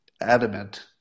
adamant